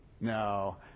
No